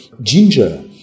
ginger